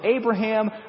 Abraham